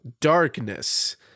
darkness